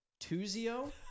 Tuzio